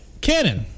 Cannon